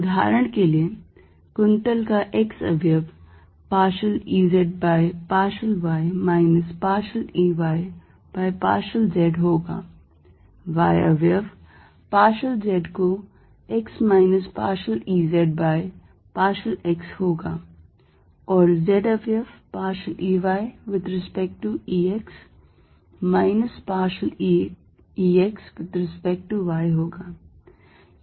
उदाहरण के लिए कुंतल का x अवयव partial E z by partial y minus partial E y by partial z होगा y अवयव partial z of x minus partial E z by partial x होगा और z अवयव partial E y with respect to E x minus partial E x with respect to y होगा